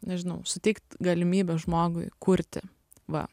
nežinau suteikt galimybę žmogui kurti va